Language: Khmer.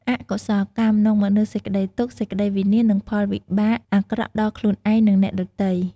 អកុសលកម្មនាំមកនូវសេចក្តីទុក្ខ សេចក្តីវិនាស និងផលវិបាកអាក្រក់ដល់ខ្លួនឯង និងអ្នកដទៃ។